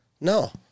No